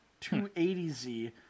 280Z